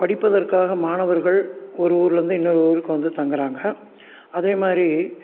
படிப்பதற்க்காக மாணவர்கள் ஒரு ஊருலேருந்து இன்னொரு ஊருக்கு வந்து தங்கிறாங்க அதே மாதிரி